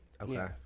Okay